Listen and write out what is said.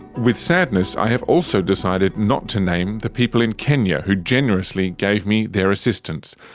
with sadness i have also decided not to name the people in kenya who generously gave me their assistance.